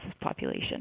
population